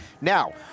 Now